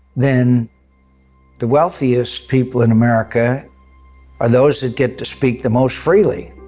then the wealthiest people in america are those that get to speak the most freely.